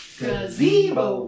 gazebo